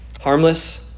harmless